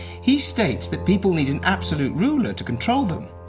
he states that people need an absolute ruler to control them.